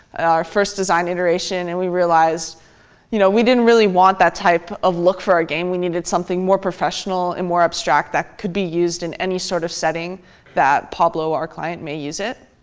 our first design iteration. and we realized you know we didn't really want that type of look for our game. we needed something more professional and more abstract that could be used in any sort of setting that pablo, our client, may use it.